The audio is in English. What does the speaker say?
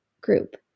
group